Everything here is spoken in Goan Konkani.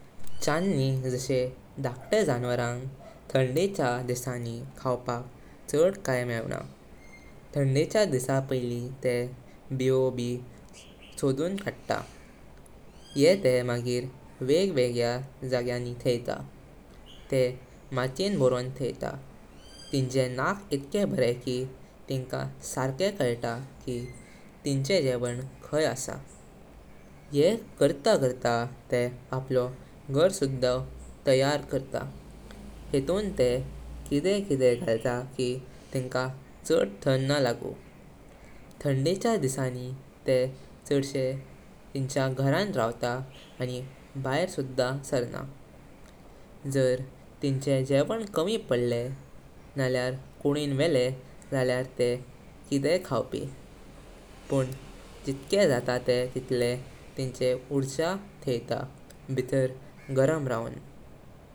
छन्नी जाशे धाकटे ज़णवारांग थाडे चा दिसानी खवपक छड काई मेवना। थांडे चा दिसा पैली तेह बीयो भी सोडून कडता। यें तेह मागीर वेग वेग्र्या जाग्यानी ठेईता। ते माटीयेन् बोरों ठेईता, तिंचे नाक इत्के बरे की तिंका सरखे काइता की तिंचे गेवण खाई आसा। यें करता कर सकता तेह आपलो घर सुद्धा तयार करता, हितून तेह किदे किदे गलता की तिंका छड थांद ना लागू। थाडे चा दिसानी तेह छाशे तिंचा घरान रावता आनी बाहिर सुद्धा सारना। जार तिंचे गेवण कमी पडले नल्यार कोनिन वेला जाल्यार तेह किदेय खवपी। पण जित्के जाता ते तितले तिंची ऊर्जा ठेईता भीतर गरम रवून।